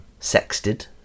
sexted